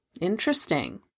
Interesting